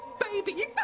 Baby